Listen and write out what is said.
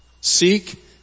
Seek